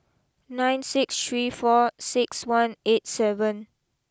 nine six three four six one eight seven